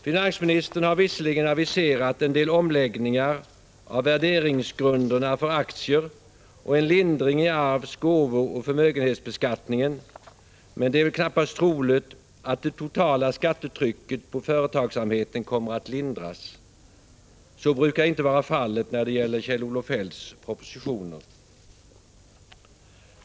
Finansministern har visserligen aviserat en del omläggningar av värderingsgrunderna för aktier och en lindring i arvs-, gåvooch förmögenhetsbeskattningen, men det är väl knappast troligt att det totala skattetrycket på företagsamheten kommer att lindras — så brukar ju inte vara fallet när det gäller Kjell-Olof Feldts propositioner.